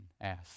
asked